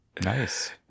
Nice